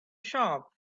shop